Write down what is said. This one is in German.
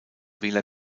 wähler